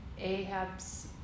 ahab's